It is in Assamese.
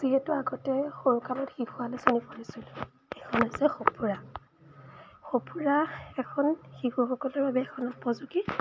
যিহেতু আগতে সৰুকালত শিশু আলোচনী পঢ়িছিলোঁ সেইখন হৈছে সঁফুৰা সঁফুৰা এখন শিশুসকলৰ বাবে এখন উপযোগী